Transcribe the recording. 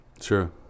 sure